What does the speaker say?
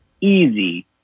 easy